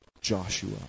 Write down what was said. Joshua